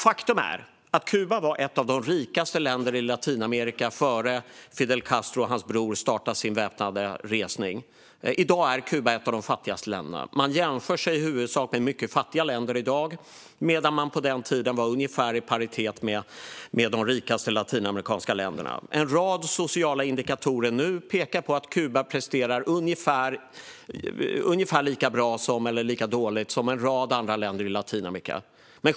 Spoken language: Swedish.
Faktum är att Kuba var ett av de rikaste länderna i Latinamerika innan Fidel Castro och hans bror startade sin väpnade resning. I dag är Kuba ett av de fattigaste länderna. Man jämför sig i dag i huvudsak med mycket fattiga länder, medan man på den tiden var ungefär i paritet med de rikaste latinamerikanska länderna. En rad sociala indikatorer pekar på att Kuba nu presterar ungefär lika bra eller dåligt som en rad andra länder i Latinamerika.